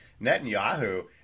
netanyahu